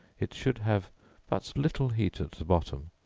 it should have but little heat at the bottom,